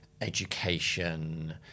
education